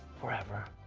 forever,